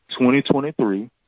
2023